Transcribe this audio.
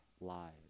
lives